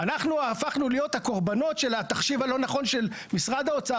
אנחנו הפכנו להיות הקורבנות של התחשיב הלא נכון של משרד האוצר,